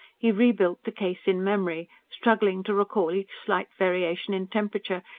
he rebuilt the case in memory, struggling to recall each slight variation in temperature,